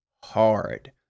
hard